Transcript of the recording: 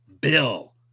Bill